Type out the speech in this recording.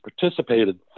participated